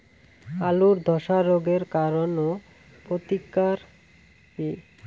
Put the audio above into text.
আলুর ধসা রোগের কারণ ও প্রতিকার কি?